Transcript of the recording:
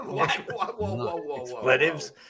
Expletives